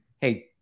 Hey